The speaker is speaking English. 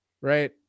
right